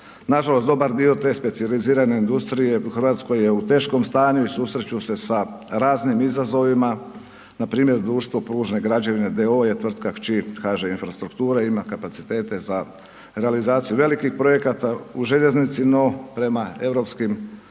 nažalost dobar dio te specijalizirane industrije u RH je u teškom stanju i susreću se sa raznim izazovima, npr. društvo Pružne građevine d.o.o. je tvrtka kći HŽ Infrastrukture, ima kapacitete za realizaciju velikih projekata u željeznici, no prema europskim pravilima